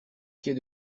pied